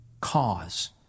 cause